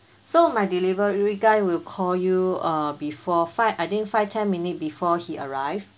so my delivery guy will call you uh before five I think five ten minute before he arrived